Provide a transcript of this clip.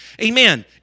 Amen